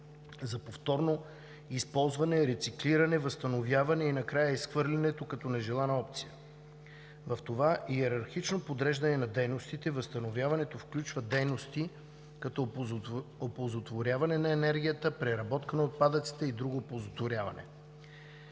за повторно използване, рециклиране, възстановяване и накрая изхвърлянето като най-нежелана опция. В това йерархично подреждане на дейностите възстановяването включва дейности, като оползотворяване на енергията, преработка на отпадъците и друго оползотворяване.